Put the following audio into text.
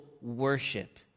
worship